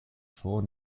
show